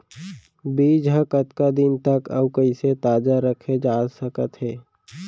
बीज ह कतका दिन तक अऊ कइसे ताजा रखे जाथे सकत हे?